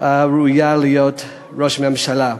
הראויה להיות ראש הממשלה.